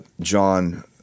John